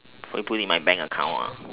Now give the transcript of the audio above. would you put in my bank account ah